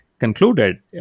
concluded